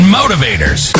motivators